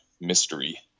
mystery